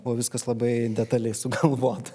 buvo viskas labai detaliai sugalvota